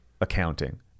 accounting